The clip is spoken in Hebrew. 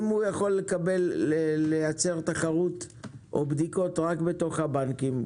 אם הוא יכול לייצר תחרות או בדיקות רק בתוך הבנקים,